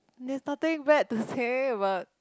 there's nothing bad to say about